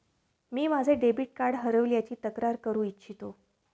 मी माझे debit card हरवल्याची तक्रार करू इच्छितो